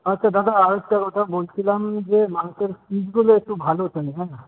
আচ্ছা দাদা আর একটা কথা বলছিলাম যে মাংসের পিসগুলো একটু ভালো চাই হ্যাঁ